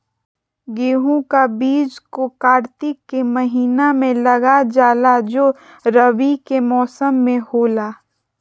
गेहूं का बीज को कार्तिक के महीना में लगा जाला जो रवि के मौसम में होला